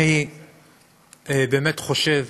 אני באמת חושב